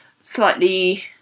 slightly